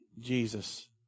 Jesus